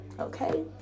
okay